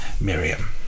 Miriam